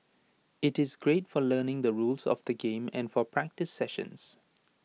IT is great for learning the rules of the game and for practice sessions